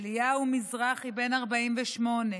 אליהו מזרחי, בן 48,